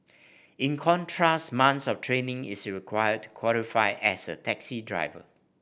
in contrast months of training is required to qualify as a taxi driver